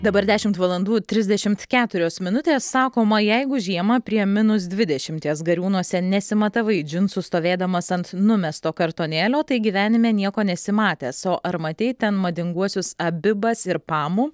dabar dešimt valandų trisdešimt keturios minutės sakoma jeigu žiemą prie minus dvidešimties gariūnuose nesimatavai džinsų stovėdamas ant numesto kartonėlio tai gyvenime nieko nesi matęs o ar matei ten madinguosius abibas ir pamu